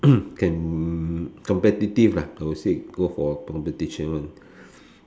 can competitive lah I would say go for competition [one]